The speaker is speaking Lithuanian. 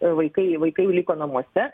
vaikai vaikai jau liko namuose